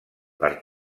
per